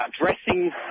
addressing